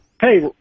Hey